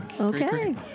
Okay